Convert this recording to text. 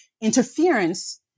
interference